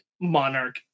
monarch